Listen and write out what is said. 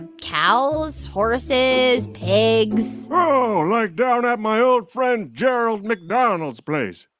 and cows, horses, pigs oh, like down at my old friend gerald mcdonald's place.